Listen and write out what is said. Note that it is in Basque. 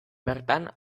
bertan